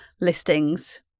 listings